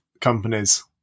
companies